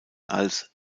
als